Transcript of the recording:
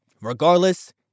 Regardless